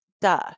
duh